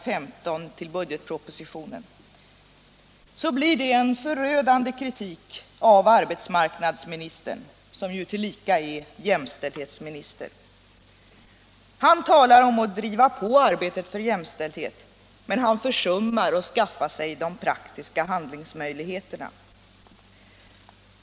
15 till budgetpropositionen, så blir det en förödande kritik av arbetsmarknadsministern, som ju tillika är jämställdhetsminister. Han talar om att driva på arbetet för jämställdhet, men han försummar att skaffa sig de praktiska handlingsmöjligheterna.